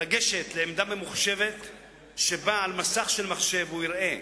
לגשת לעמדה ממוחשבת שבה על מסך מחשב הוא יראה